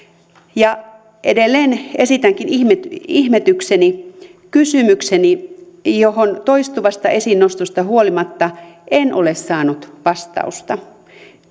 edelleen esitänkin ihmetykseni ihmetykseni kysymykseni johon sen toistuvasta esiin nostamisesta huolimatta en ole saanut vastausta